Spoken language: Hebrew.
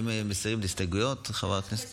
אם מסירים את ההסתייגויות של חברי הכנסת